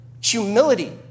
humility